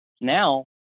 Now